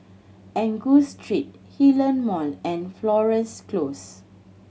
Angus Street Hillion Mall and Florence Close